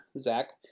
Zach